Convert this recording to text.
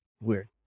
weird